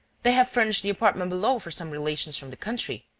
they have furnished the apartment below for some relations from the country.